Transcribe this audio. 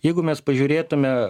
jeigu mes pažiūrėtume